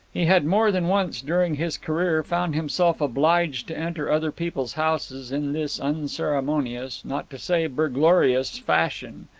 he had more than once during his career found himself obliged to enter other people's houses in this unceremonious, not to say burglarious fashion.